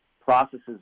processes